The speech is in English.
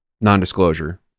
non-disclosure